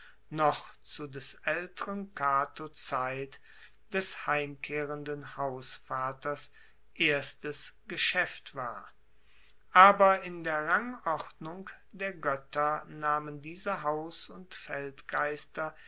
noch zu des aelteren cato zeit des heimkehrenden hausvaters erstes geschaeft war aber in der rangordnung der goetter nahmen diese haus und